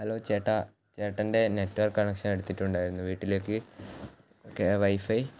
hello ചേട്ടാ ചേട്ടൻ്റെ network connection എടുത്തിട്ടുണ്ടായിരുന്നു വീട്ടിലേക്ക് ഓക്കേ വൈഫൈ